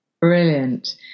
Brilliant